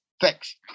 Thanks